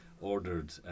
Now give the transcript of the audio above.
ordered